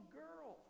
girl